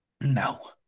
No